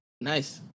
Nice